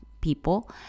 people